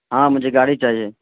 ہاں مجھے گاڑی چاہیے